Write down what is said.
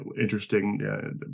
interesting